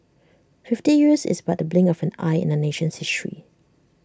fifty years is but the blink of an eye in A nation's